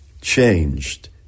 changed